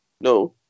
No